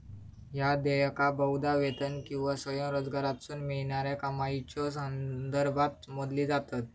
ह्या देयका बहुधा वेतन किंवा स्वयंरोजगारातसून मिळणाऱ्या कमाईच्यो संदर्भात मोजली जातत